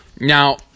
Now